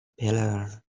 pillar